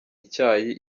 icyayi